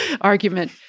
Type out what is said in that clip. argument